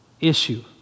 issue